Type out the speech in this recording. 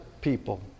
people